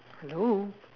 hello